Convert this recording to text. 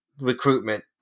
recruitment